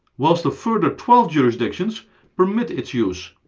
whilst a further twelve jurisdictions permit its use.